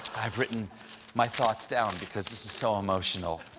i've written my thoughts down because this is so emotional.